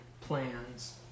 plans